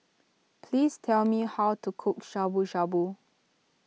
please tell me how to cook Shabu Shabu